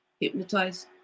hypnotized